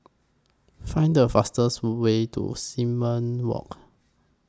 Find The fastest Way to Simon Walk